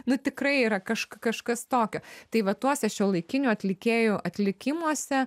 nu tikrai yra kažk kažkas tokio tai va tuose šiuolaikinių atlikėjų atlikimuose